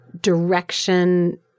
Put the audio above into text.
Direction